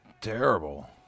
terrible